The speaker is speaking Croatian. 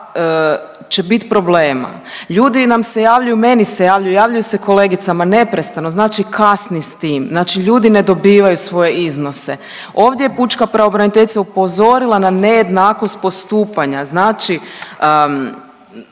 će biti problema. Ljudi nam se javljaju, meni se javljaju, javljaju se kolegicama neprestano znači kasni s tim, znači ljudi ne dobivaju svoje iznose. Ovdje je pučka pravobraniteljica upozorila na nejednakost postupanja, usluge